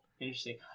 interesting